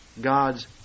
God's